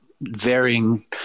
varying